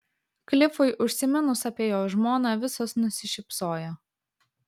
klifui užsiminus apie jo žmoną visos nusišypsojo